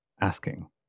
asking